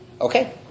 Okay